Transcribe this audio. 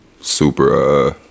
super